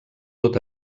tot